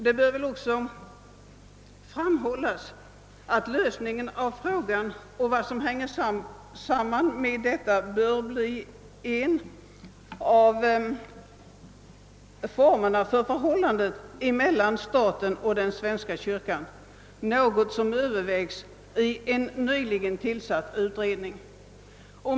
Det bör också framhållas att lösningen av frågan och vad som hänger samman med denna bör bli beroende på hur förhållandet bör bli mellan staten och den svenska kyrkan, något som övervägs i en nyligen tillsatt utredning.